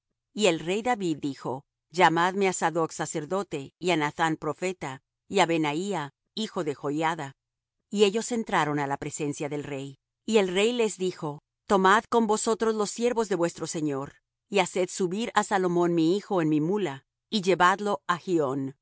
y el rey david dijo llamadme á sadoc sacerdote y á nathán profeta y á benaía hijo de joiada y ellos entraron á la presencia del rey y el rey les dijo tomad con vosotros los siervos de vuestro señor y haced subir á salomón mi hijo en mi mula y llevadlo á gihón